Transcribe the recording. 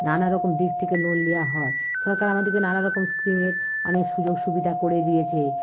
নানা রকম দিক থেকে লোন নেওয়া হয় সরকার আমাদেরকে নানা রকম স্কিমের অনেক সুযোগ সুবিধা করে দিয়েছে